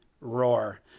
Roar